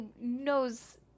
knows